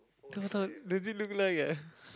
doesn't look like eh